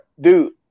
dude